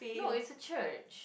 no it's a church